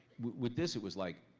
with this it was like.